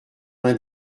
vingt